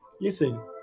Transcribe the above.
Listen